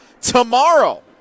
tomorrow